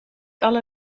alle